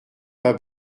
pas